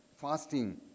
fasting